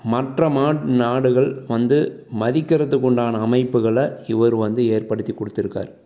மற்ற மாட் நாடுகள் வந்து மதிக்கிறத்துக்கு உண்டான அமைப்புகளை இவர் வந்து ஏற்படுத்தி கொடுத்துருக்காரு